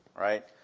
right